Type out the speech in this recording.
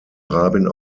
rabin